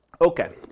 Okay